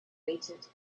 waited